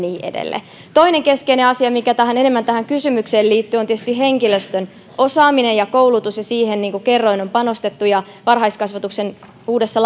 ja niin edelleen toinen keskeinen asia mikä enemmän tähän kysymykseen liittyy on tietysti henkilöstön osaaminen ja koulutus siihen niin kuin kerroin on panostettu ja varhaiskasvatuksen uudessa